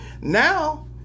Now